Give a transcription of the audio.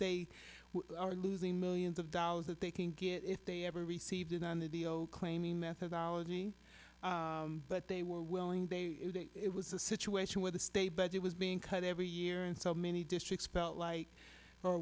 were are losing millions of dollars that they can get if they ever received in on the claim in methodology but they were willing they it was a situation where the state budget was being cut every year and so many districts felt like o